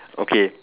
okay